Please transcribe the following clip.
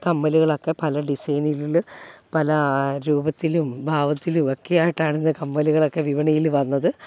കമ്മലുകളൊക്കെ പല ഡിസൈനിലും പല രൂപത്തിലും ഭാവത്തിലും ഒക്കെയായിട്ടാണ് ഇന്ന് കമ്മലുകളൊക്കെ വിപണിയിൽ വന്നത്